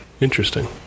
Interesting